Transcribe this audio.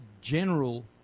general